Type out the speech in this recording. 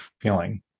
feeling